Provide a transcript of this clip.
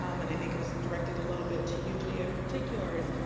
um and i think it was directed a little bit to you, leah, in particular is,